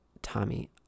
Tommy